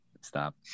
stop